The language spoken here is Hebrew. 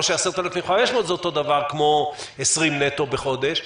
ש-10,500 זה אותו הדבר כמו 20,000 נטו בחודש,